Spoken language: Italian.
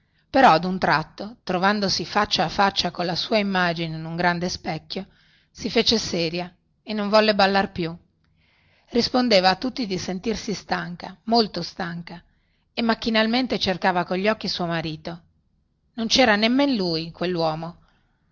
però ad un tratto trovandosi faccia a faccia colla sua immagine in un grande specchio si fece seria e non volle ballar più rispondeva a tutti di sentirsi stanca molto stanca e macchinalmente cercava cogli occhi suo marito non cera nemmen lui quelluomo